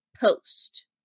post